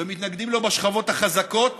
ומתנגדים לו בשכבות החזקות